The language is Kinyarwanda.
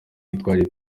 yitwaje